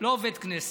לא עובד כנסת.